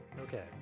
Okay